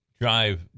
drive